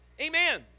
Amen